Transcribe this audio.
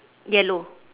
yellow